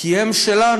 כי הם שלנו.